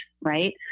right